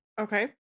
Okay